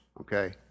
okay